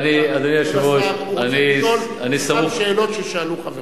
מן הסתם הוא רוצה לשאול את אותן שאלות ששאלו חבריו.